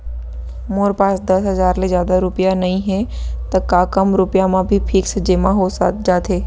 मोर पास दस हजार ले जादा रुपिया नइहे त का कम रुपिया म भी फिक्स जेमा हो जाथे?